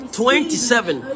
twenty-seven